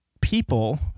people